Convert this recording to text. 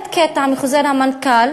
פוליטי,